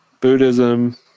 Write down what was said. Buddhism